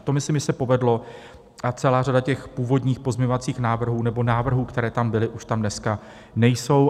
To myslím, že se povedlo, a celá řada původních pozměňovacích návrhů nebo návrhů, které tam byly, už tam dneska nejsou.